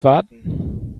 warten